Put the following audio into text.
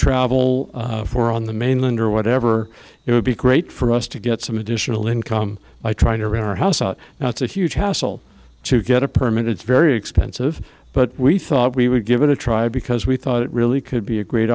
travel for on the mainland or whatever it would be great for us to get some additional income by trying to run our house out now it's a huge hassle to get a permit it's very expensive but we thought we would give it a try because we thought it really could be a great